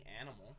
animal